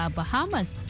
Bahamas